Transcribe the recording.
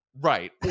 Right